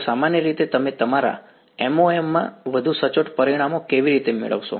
તો સામાન્ય રીતે તમે તમારા MoM માં વધુ સચોટ પરિણામો કેવી રીતે મેળવશો